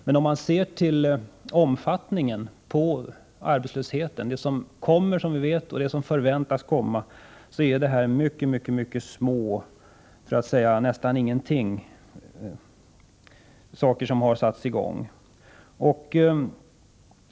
Men om man ser på den omfattning som arbetslösheten har i dag och som den förväntas få, så är detta en mycket liten satsning.